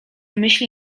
myśli